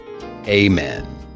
Amen